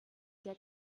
der